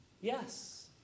yes